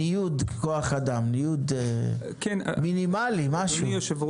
ניוד כוח אדם מינימלי, משהו?